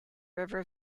river